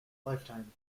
lifetime